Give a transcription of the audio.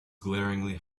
glaringly